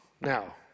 Now